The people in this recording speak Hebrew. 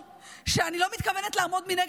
איננה,